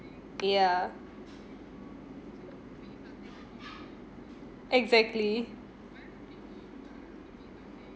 yeah exactly